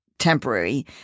temporary